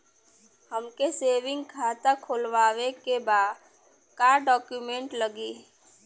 हमके सेविंग खाता खोलवावे के बा का डॉक्यूमेंट लागी?